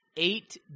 Eight